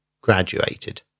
graduated